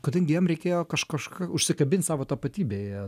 kadangi jiem reikėjo kaž kažką užsikabint savo tapatybėje